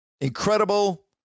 Incredible